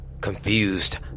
Confused